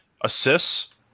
assists